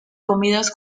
comidas